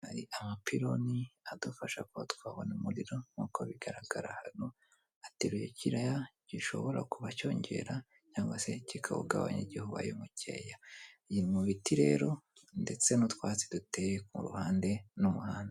Hari amapironi adufasha kuba twabona umuriro nk'uko bigaragara hano ateruye kiraya gishobora kuba cyongera cyangwa se kikawugabanya igihe ubaye mukeya iri mu biti rero ndetse n'utwatsi duteye kuruhande n'umuhanda.